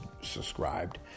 subscribed